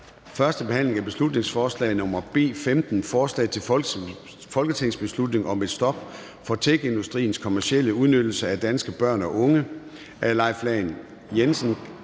(eneste) behandling af beslutningsforslag nr. B 15: Forslag til folketingsbeslutning om et stop for techindustriens kommercielle udnyttelse af danske børn og unge (borgerforslag). Af Leif